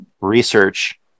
research